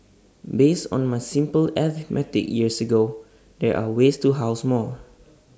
based on my simple arithmetic years ago there are ways to house more